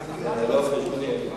לא על חשבוני.